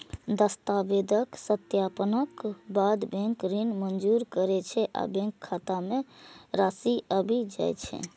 दस्तावेजक सत्यापनक बाद बैंक ऋण मंजूर करै छै आ बैंक खाता मे राशि आबि जाइ छै